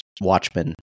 Watchmen